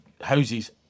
houses